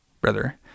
brother